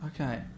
Okay